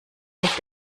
nicht